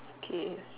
okay